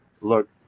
Look